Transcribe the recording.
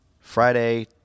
Friday